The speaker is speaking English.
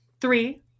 Three